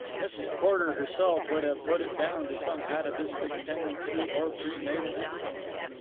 mrs. porter herself would have put it down to some atavistic tendency or pre-natal influence.